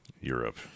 Europe